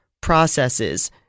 processes